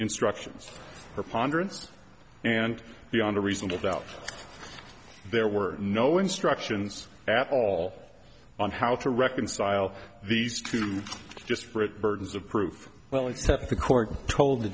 instructions or ponderous and beyond a reasonable doubt there were no instructions at all on how to reconcile these two just for it burdens of proof well except the court told the